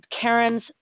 Karen's